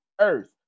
earth